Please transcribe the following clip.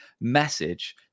message